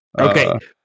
Okay